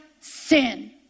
sin